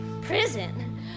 prison